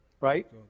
right